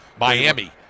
Miami